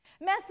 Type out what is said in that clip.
messy